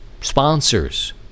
sponsors